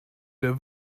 der